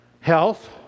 Health